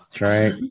Right